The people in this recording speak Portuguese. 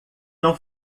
não